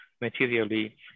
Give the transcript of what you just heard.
materially